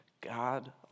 God